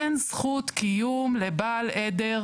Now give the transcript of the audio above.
אין זכות קיום לבעל עדר,